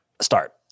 Start